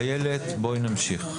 איילת, בואי נמשיך.